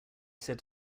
said